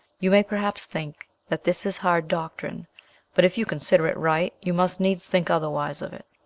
you may perhaps think that this is hard doctrine but, if you consider it right, you must needs think otherwise of it.